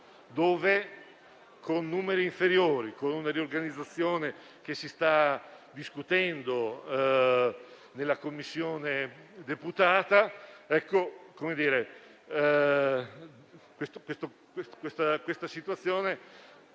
cui, con numeri inferiori e con la riorganizzazione di cui si sta discutendo nella Commissione deputata, la situazione